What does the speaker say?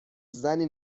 زنی